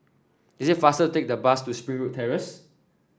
it is faster to take the bus to Springwood Terrace